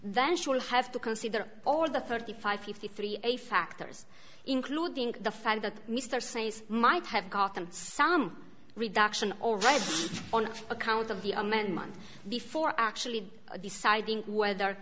then she will have to consider all the thirty five fifty three a factors including the fact that mr ses might have gotten some reduction already on account of the amendment before actually deciding whether